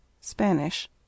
Spanish